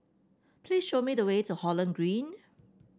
please show me the way to Holland Green